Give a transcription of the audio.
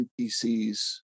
NPCs